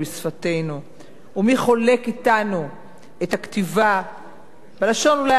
ומי חולק אתנו את הכתיבה בלשון אולי העתיקה ביותר,